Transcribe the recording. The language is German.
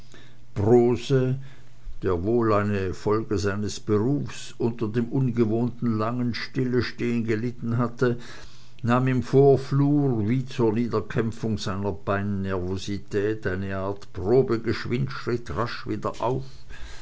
brose der wohl eine folge seines berufs unter dem ungewohnten langen stillstehen gelitten hatte nahm im vorflur wie zur niederkämpfung seiner beinnervosität eine art probegeschwindschritt rasch wieder auf